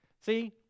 See